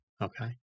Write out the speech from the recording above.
okay